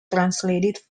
translated